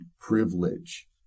privilege